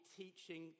teaching